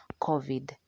covid